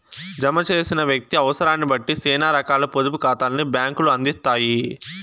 జమ చేసిన వ్యక్తి అవుసరాన్నిబట్టి సేనా రకాల పొదుపు కాతాల్ని బ్యాంకులు అందిత్తాయి